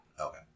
Okay